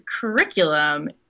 curriculum